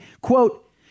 quote